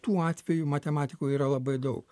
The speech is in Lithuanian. tų atvejų matematikoj yra labai daug